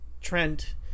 Trent